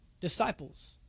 disciples